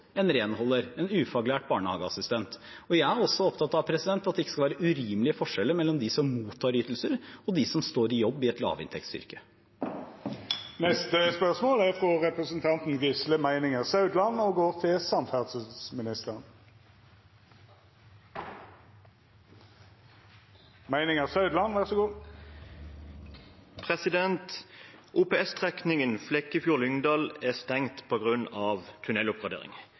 en renholder, en ufaglært barnehageassistent. Jeg er også opptatt av at det ikke skal være urimelige forskjeller mellom dem som mottar ytelser, og dem som står i jobb i et lavinntektsyrke. Dette spørsmålet er utsett til neste spørjetime, då statsråden er bortreist. «OPS-strekningen Flekkefjord–Lyngdal er stengt pga. tunneloppgradering. Trafikken henvises til